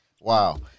Wow